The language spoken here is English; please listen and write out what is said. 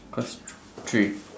class three